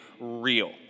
real